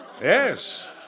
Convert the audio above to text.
Yes